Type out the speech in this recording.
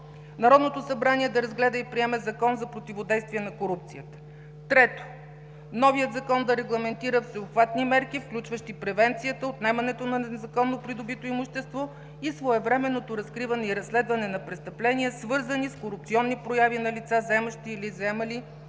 Народното събрание да разгледа и приеме Закон за противодействие на корупцията. Трето, новият Закон да регламентира всеобхватни мерки, включващи превенцията, отнемането на незаконно придобито имущество и своевременното разкриване и разследване на престъпления, свързани с корупционни прояви на лица, заемащи или заемали